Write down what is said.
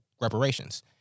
reparations